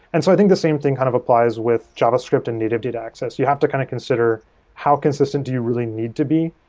and i think the same thing kind of applies with javascript and native data access. you have to kind of consider how consistent do you really need to be.